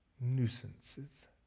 nuisances